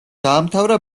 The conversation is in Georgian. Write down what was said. დაამთავრა